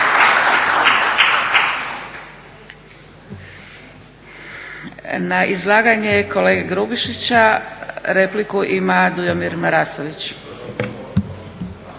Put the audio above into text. Na izlaganje kolege Grubišića repliku ima Dujomir Marasović.